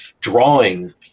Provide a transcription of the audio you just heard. drawing